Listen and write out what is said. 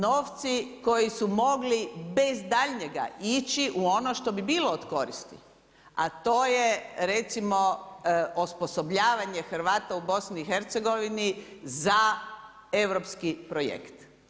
Novci koji su mogli bez daljnjeg ići u ono što bi bilo od koristi, a to je recimo osposobljavanje Hrvata u BIH za europski projekt.